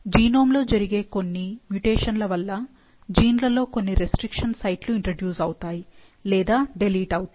genome లో జరిగే కొన్ని మ్యుటేషన్ లవల్ల జీన్ లలో కొన్ని రెస్ట్రిక్షన్ సైట్లు ఇంట్రడ్యూస్ అవుతాయి లేదా డిలీట్ అవుతాయి